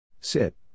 Sit